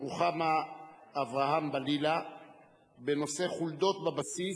רוחמה אברהם-בלילא בנושא: חולדות בבסיס.